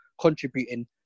contributing